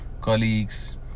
colleagues